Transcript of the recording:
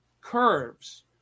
curves